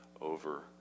over